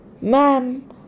Ma'am